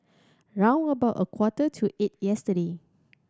round about a quarter to eight yesterday